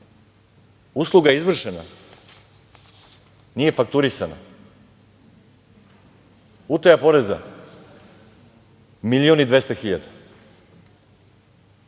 Usluga je izvršena. Nije fakturisana. Utaja poreza, milion i 200 hiljada.